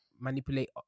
manipulate